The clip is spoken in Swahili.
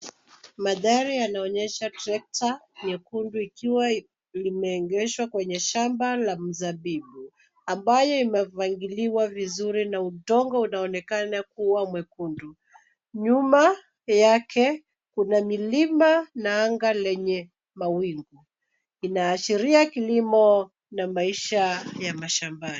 Mandhari yanaonyesha trekta nyekundu ikiwa limeegeshwa kwenye shamba la mzabibu ambayo imepangiliwa vizuri na udongo unaonekana kuwa mwekundu. Nyuma yake kuna milima na anga lenye mawingu, inaashiria kilimo na maisha ya mashambani.